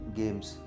games